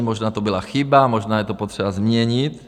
Možná to byla chyba, možná je to potřeba změnit.